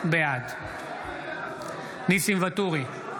בעד ניסים ואטורי,